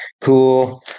cool